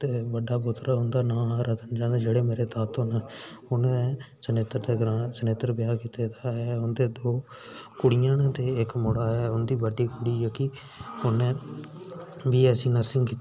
ते बड्डा पुत्तर हुंदा नांऽ हा रतन चंद जेह्ड़े मेरे तातो न उ'नें चनेत्तर दे ग्रांऽ चनेत्तर ब्याह् कीते दा ऐ उं'दियां दो कुड़ियां ते इक मुड़ा ऐ उं'दी बड्डी कुड़ी जेह्की उ'नें बी ऐस्सी नरसिंग